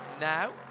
now